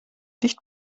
dicht